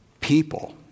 people